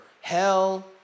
hell